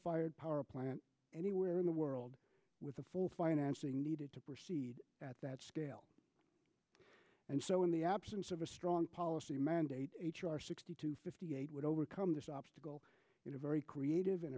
fired power plant anywhere in the world with the full financing needed to proceed at that scale and so in the absence of a strong policy mandate h r sixty two fifty eight would overcome this obstacle in a very creative and